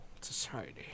Society